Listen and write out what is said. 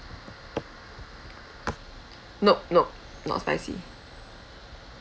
nope nope not spicy